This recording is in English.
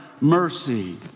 mercy